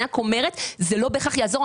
אני רק אומרת, זה לא בהכרח יעזור.